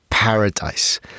Paradise